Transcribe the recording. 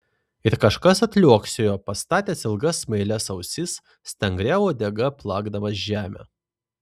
ir kažkas atliuoksėjo pastatęs ilgas smailias ausis stangria uodega plakdamas žemę